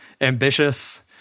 ambitious